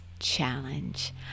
challenge